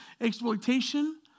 exploitation